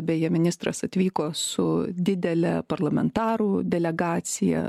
beje ministras atvyko su didele parlamentarų delegacija